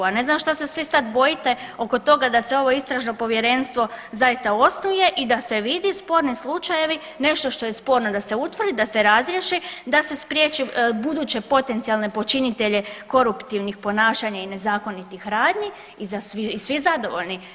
A ne znam šta se svi sad bojite oko toga da se ovo istražno povjerenstvo zaista osnuje i da se vidi sporni slučajevi nešto što je sporno da se utvrdi, da se razriješi, da se spriječi buduće potencijalne počinitelje koruptivnih ponašanja i nezakonitih radnji i svi zadovoljni.